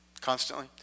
Constantly